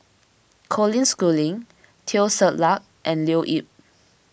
Colin Schooling Teo Ser Luck and Leo Yip